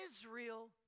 Israel